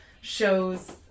shows